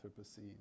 Anthropocene